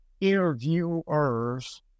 interviewers